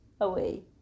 away